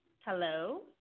Hello